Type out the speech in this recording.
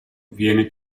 viene